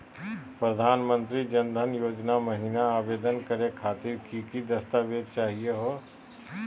प्रधानमंत्री जन धन योजना महिना आवेदन करे खातीर कि कि दस्तावेज चाहीयो हो?